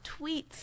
tweets